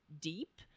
deep